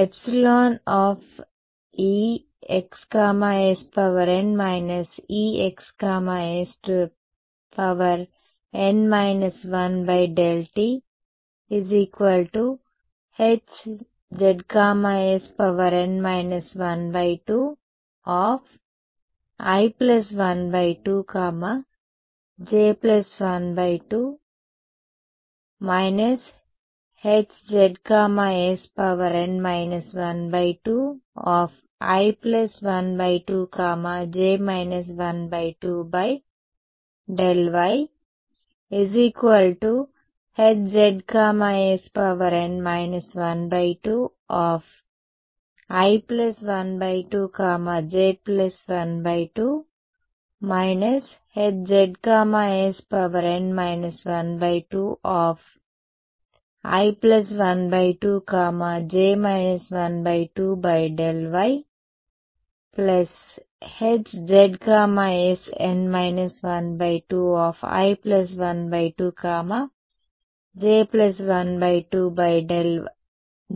εExsn Exsn 1∆t Hzsn 12i12j12 Hzsn 12i12j 12∆y Hzsn 12i12j12 Hzsn 12i12j 12∆y Hzsn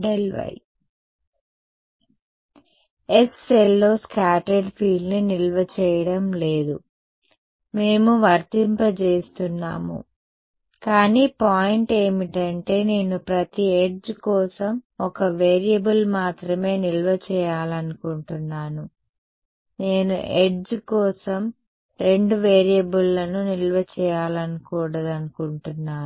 12i12j12 ∆y s సెల్లో scattered ఫీల్డ్ని నిల్వ చేయడం లేదు మేము వర్తింపజేస్తున్నాము కానీ పాయింట్ ఏమిటంటే నేను ప్రతి ఎడ్జ్ కోసం ఒక వేరియబుల్ మాత్రమే నిల్వ చేయాలనుకుంటున్నాను నేను ఎడ్జ్ కోసం రెండు వేరియబుల్లను నిల్వ చేయకూడదనుకుంటున్నాను